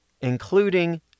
including